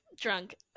Drunk